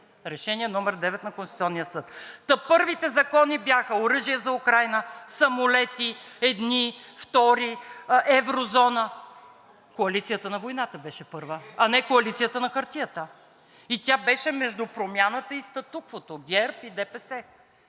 Решение № 9 на Конституционния съд, та първите закони бяха: оръжие за Украйна, самолети – едни, втори, еврозона… Коалицията на войната беше първа, а не Коалицията на хартията, и тя беше между Промяната и статуквото – ГЕРБ и ДПС.